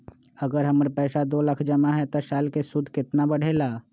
अगर हमर पैसा दो लाख जमा है त साल के सूद केतना बढेला?